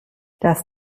das